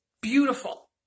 beautiful